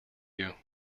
you